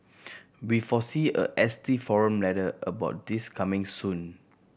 we foresee a S T forum letter about this coming soon